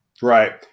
Right